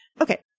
Okay